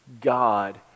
God